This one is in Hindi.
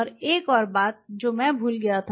और एक और बात जो मैं भूल गया था